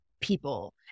people